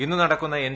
ഇന്ന് നടക്കുന്ന എൻ